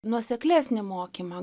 nuoseklesnį mokymą